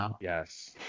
Yes